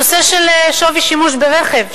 נושא שווי שימוש ברכב,